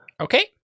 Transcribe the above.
Okay